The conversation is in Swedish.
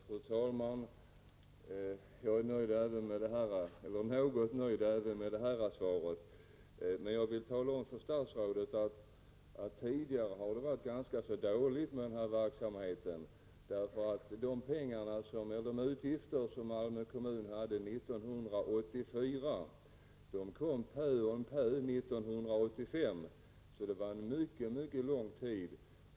Fru talman! Jag är till viss del nöjd även med detta svar. Jag vill ändå tala om för statsrådet att det tidigare har varit ganska dåligt beställt med den här 1 verksamheten. De pengar som skulle ersätta de utgifter som Malmö kommun hade 1984 kom pö om pö 1985. Det tog alltså mycket lång tid.